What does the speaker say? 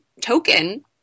token